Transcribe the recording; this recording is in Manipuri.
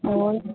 ꯑꯣ